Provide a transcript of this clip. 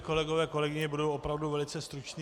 Kolegové, kolegyně, budu opravdu velice stručný.